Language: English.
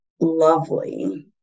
lovely